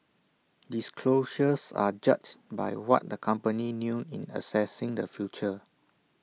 disclosures are judged by what the company knew in assessing the future